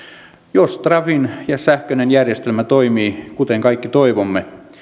jos trafin sähköinen järjestelmä toimii kuten kaikki toivomme